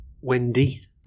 Wendy